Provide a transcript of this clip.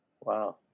Wow